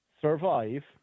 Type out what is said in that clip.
survive